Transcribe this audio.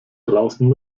draußen